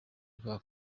bwabo